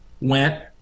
went